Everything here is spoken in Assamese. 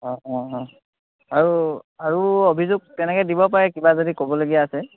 অঁ অঁ অঁ আৰু আৰু অভিযোগ কেনেকৈ দিব পাৰে কিবা যদি ক'বলগীয়া আছে